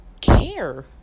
care